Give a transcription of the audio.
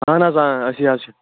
اَہَن حظ آ أسی حظ چھِ